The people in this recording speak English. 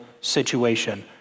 situation